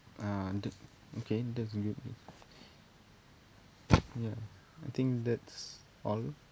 uh that okay that's good mm ya I think that's all